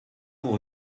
pour